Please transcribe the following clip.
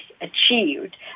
achieved